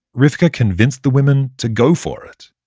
rivka convinced the women to go for it.